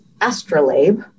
Astrolabe